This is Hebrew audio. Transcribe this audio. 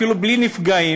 אפילו בלי נפגעים,